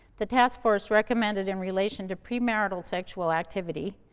the taskforce recommended, in relation to premarital sexual activity,